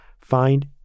find